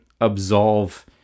absolve